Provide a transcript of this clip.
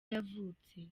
yavutse